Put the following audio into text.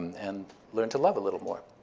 and learn to love a little more